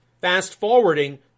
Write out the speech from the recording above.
Fast-forwarding